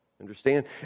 Understand